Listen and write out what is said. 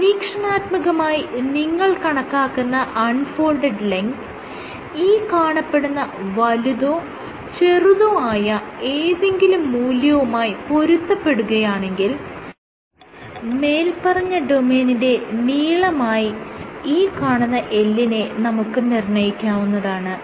പരീക്ഷണാത്മകമായി നിങ്ങൾ കണക്കാക്കുന്ന അൺ ഫോൾഡഡ് ലെങ്ത് ഈ കാണപ്പെടുന്ന വലുതോ ചെറുതോ ആയ ഏതെങ്കിലും മൂല്യവുമായി പൊരുത്തപ്പെടുകയാണെങ്കിൽ മേല്പറഞ്ഞ ഡൊമെയ്നിന്റെ നീളമായി ഈ കാണുന്ന L നെ നമുക്ക് നിർണ്ണയിക്കാവുന്നതാണ്